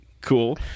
Cool